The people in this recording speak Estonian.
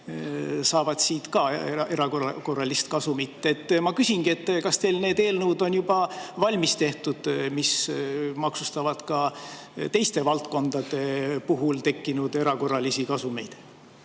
saavad sealt ka erakorralist kasumit. Ma küsin, kas teil need eelnõud on juba valmis tehtud, mis maksustavad ka teistes valdkondades tekkinud erakorralisi kasumeid.